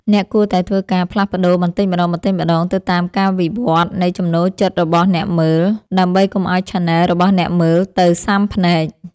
អ្នកគួរតែធ្វើការផ្លាស់ប្តូរបន្តិចម្តងៗទៅតាមការវិវត្តន៍នៃចំណូលចិត្តរបស់អ្នកមើល ដើម្បីកុំឱ្យឆានែលរបស់អ្នកមើលទៅស៊ាំភ្នែក។